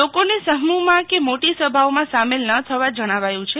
લોકોને સમૂહમાં કે મોટી સભાઓમાં સામેલ ના થવા જણાવાયું છે